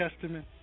Testament